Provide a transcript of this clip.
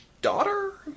Daughter